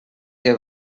què